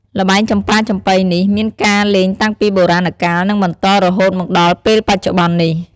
ល្បែងចំប៉ាចំប៉ីនេះ មានការលេងតាំងពីបុរាកាល និងបន្តរហូតមកដល់ពេលបច្ចុប្បន្ននេះ។